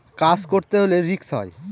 কাজ করতে হলে রিস্ক হয়